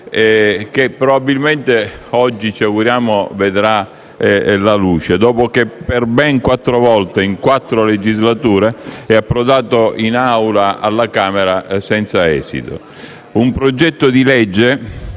e travagliato, che ci auguriamo oggi vedrà la luce, dopo che per ben quattro volte, in quattro legislature, era approdato in Aula alla Camera senza esito. È un progetto di legge